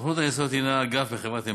סוכנות הנסיעות הנה אגף בחברת "ענבל",